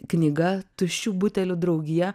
knyga tuščių butelių draugija